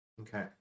Okay